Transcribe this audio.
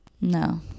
No